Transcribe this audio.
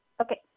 Okay